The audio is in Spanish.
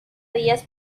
días